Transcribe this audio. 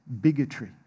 bigotry